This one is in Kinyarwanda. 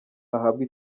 ahabwe